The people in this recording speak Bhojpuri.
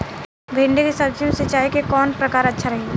भिंडी के सब्जी मे सिचाई के कौन प्रकार अच्छा रही?